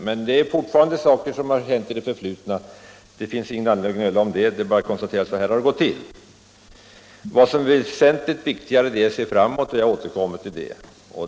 Men det är fortfarande sådant som har hänt i det förflutna. Det finns ingen anledning att nu bråka om det, bara att konstatera hur det gått till. Viktigare är att se framåt, och jag återkommer till det.